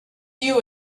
you